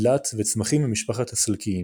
דלעת וצמחים ממשפחת הסלקיים.